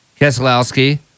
Keselowski